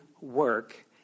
work